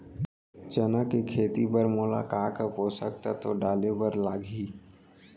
चना के खेती बर मोला का का पोसक तत्व डाले बर लागही?